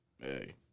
Hey